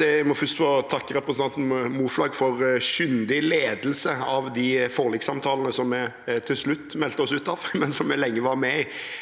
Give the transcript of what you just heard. Jeg må først få takke representanten Moflag for kyndig ledelse av de forlikssamtalene som vi til slutt meldte oss ut av, men som vi lenge var med i.